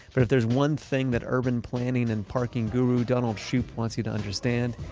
but if there's one thing that urban planning and parking guru donald shoup wants you to understand,